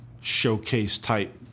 showcase-type